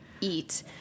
eat